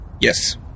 Yes